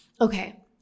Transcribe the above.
okay